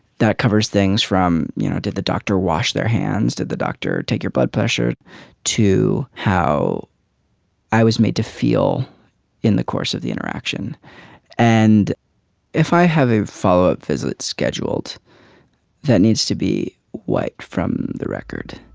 that covers things from you know did the doctor wash their hands did the doctor take your blood pressure too how i was made to feel in the course of the interaction and if i have a follow up visit scheduled that needs to be wiped from the record.